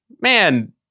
man